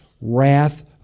wrath